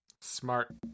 Smart